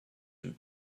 and